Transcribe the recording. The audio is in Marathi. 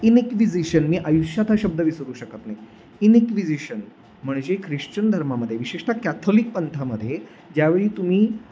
इनइक्विजिशन मी आयुष्यात शब्द विसरू शकत नाही इनइक्विजिशन म्हणजे ख्रिश्चन धर्मामध्ये विशेषत कॅथोलिक पंथामध्ये ज्यावेळी तुम्ही